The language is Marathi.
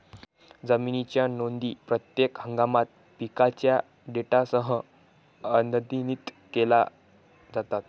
जमिनीच्या नोंदी प्रत्येक हंगामात पिकांच्या डेटासह अद्यतनित केल्या जातात